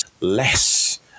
less